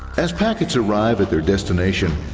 as packets arrive at their destination,